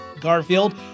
Garfield